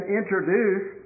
introduce